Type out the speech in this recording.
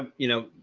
ah you know,